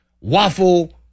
Waffle